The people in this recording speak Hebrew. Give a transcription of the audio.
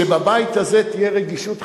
שבבית הזה תהיה רגישות חברתית.